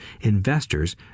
investors